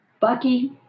Bucky